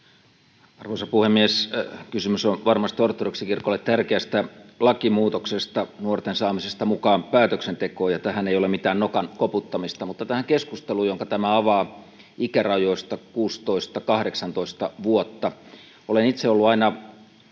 Arvoisa puhemies! Kysymys on varmasti ortodoksikirkolle tärkeästä lakimuutoksesta nuorten saamiseksi mukaan päätöksentekoon, ja tähän ei ole mitään nokan koputtamista. Mutta tähän keskusteluun, jonka tämä avaa ikärajoista 16—18 vuotta: Olen itse ollut aina